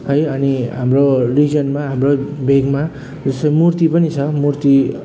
है अनि हाम्रो रिजनमा हाम्रो भेगमा जस्तै मूर्ति पनि छ मूर्ति